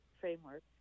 framework